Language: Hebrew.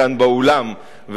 כאן באולם,